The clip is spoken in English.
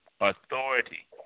authority